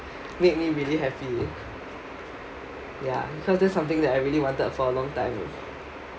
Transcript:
made me really happy ya because that something that I really wanted for a long time already